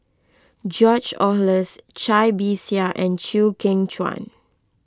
George Oehlers Cai Bixia and Chew Kheng Chuan